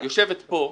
יושבת פה,